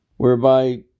whereby